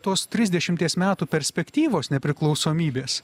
tos trisdešimties metų perspektyvos nepriklausomybės